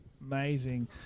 Amazing